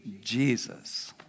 Jesus